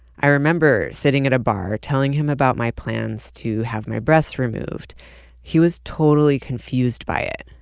i remember sitting at a bar telling him about my plans to have my breasts removed he was totally confused by it.